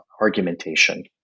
argumentation